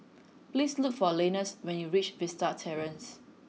please look for Leonidas when you reach Vista Terrace